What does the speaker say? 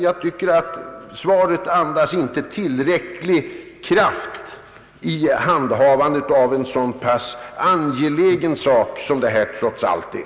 Jag tycker att svaret inte andas tillräcklig kraft när det gäller handhavandet av en så pass angelägen sak som det här trots allt är.